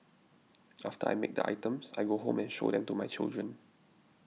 after I make the items I go home and show them to my children